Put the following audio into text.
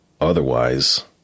Otherwise